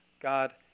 God